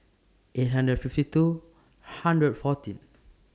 eight hundred fifty two hundred fourteen